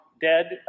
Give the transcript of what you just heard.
dead